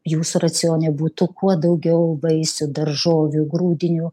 jūsų racione būtų kuo daugiau vaisių daržovių grūdinių